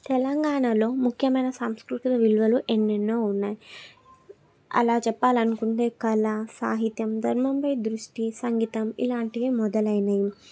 తెలంగాణలో ముఖ్యమైన సాంస్కృతుల విలువలు ఎన్నెన్నో ఉన్నాయి అలా చెప్పాలి అనుకుంటే కళా సాహిత్యం ధర్మంపై దృష్టి సంగీతం ఇలాంటివి మొదలైనవి